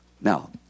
now